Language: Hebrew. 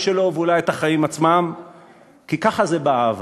יש אהבה